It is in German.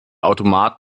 automat